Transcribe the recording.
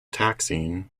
taxing